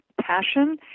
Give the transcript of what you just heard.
Passion